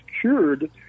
cured